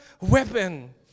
weapon